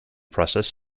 process